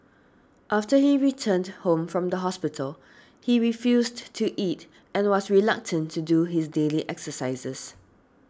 after he returned home from the hospital he refused to eat and was reluctant to do his daily exercises